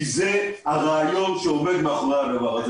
כי זה הרעיון שעומד מאחורי זה,